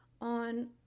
on